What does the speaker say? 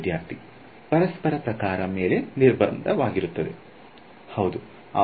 ವಿದ್ಯಾರ್ಥಿ ಪರಸ್ಪರ ಪ್ರಕಾರ ಮೇಲೆ ನಿರ್ಧಾರವಾಗುವುದು